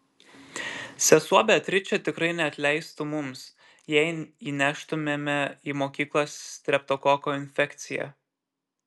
sesuo beatričė tikrai neatleistų mums jei įneštumėme į mokyklą streptokoko infekciją